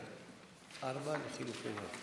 4 לחלופין,